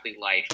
life